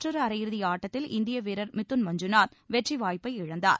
மற்றொரு அரையிறுதி ஆட்டத்தில் இந்திய வீரர் மிதுன் மஞ்சுநாத் வெற்றி வாய்ப்பை இழந்தார்